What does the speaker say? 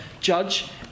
judge